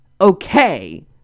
okay